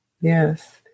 Yes